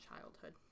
childhood